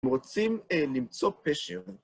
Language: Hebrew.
רוצים למצוא פשר.